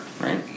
right